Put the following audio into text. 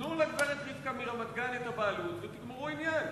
תנו לגברת רבקה מרמת-גן את הבעלות, ותגמרו עניין.